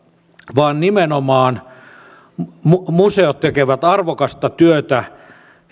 vaan nimenomaan museot tekevät arvokasta työtä